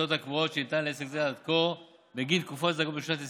ההוצאות הקבועות שניתן לעסק עד כה בגין תקופות זכאות בשנת 2020,